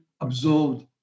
absorbed